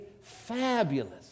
fabulous